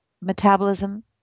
metabolism